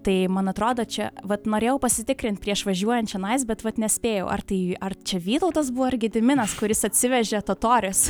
tai man atrodo čia vat norėjau pasitikrint prieš važiuojant čionais bet vat nespėjau ar tai ar čia vytautas buvo ar gediminas kuris atsivežė totorius